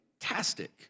Fantastic